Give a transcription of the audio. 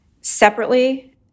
separately